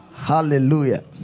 Hallelujah